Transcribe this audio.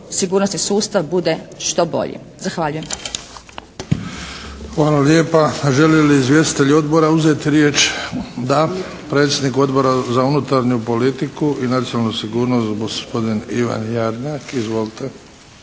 sigurnosni sustav bude što bolje. Zahvaljujem.